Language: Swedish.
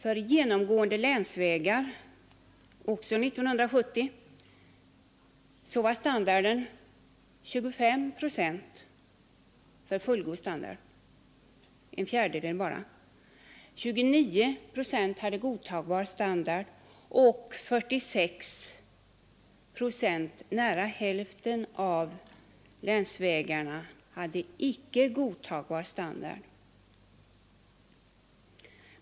Av genomgående länsvägar hade år 1970 25 procent fullgod standard — alltså bara en fjärdedel — 29 procent godtagbar standard och 46 procent — nära hälften av länsvägarna — icke godtagbar standard.